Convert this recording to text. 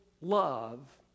love